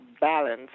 balance